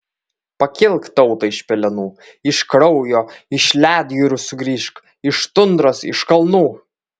pakilk tauta iš pelenų iš kraujo iš ledjūrių sugrįžk iš tundros iš kalnų